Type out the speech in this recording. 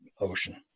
Ocean